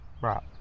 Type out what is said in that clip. right